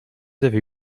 avez